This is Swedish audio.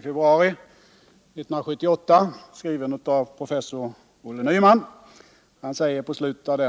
sätt som skedde.